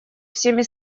всеми